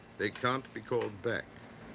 they can't be called back.